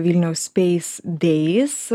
vilniaus space days